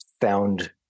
found